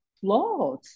flaws